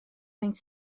faint